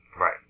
Right